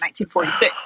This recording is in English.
1946